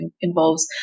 involves